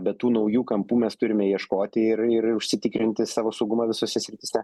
bet tų naujų kampų mes turime ieškoti ir užsitikrinti savo saugumą visose srityse